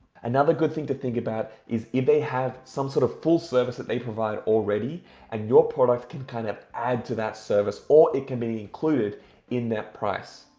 another good thing to think about is if they have some sort of full-service that they provide already and your product can kind of add to that service or it can be included in that price.